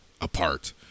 apart